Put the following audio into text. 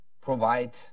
provide